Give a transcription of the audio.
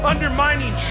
undermining